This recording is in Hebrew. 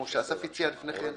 כמו שאסף הציע לפני כן.